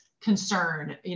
concern